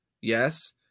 Yes